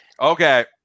Okay